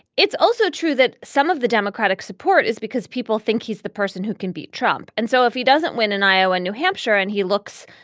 it's also true that some of the democratic support is because people think he's the person who can beat trump. and so if he doesn't win in iowa new hampshire and he looks